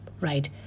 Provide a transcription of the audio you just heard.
right